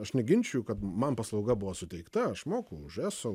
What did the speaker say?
aš neginčiju kad man paslauga buvo suteikta aš moku už eso